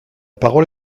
parole